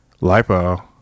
Lipo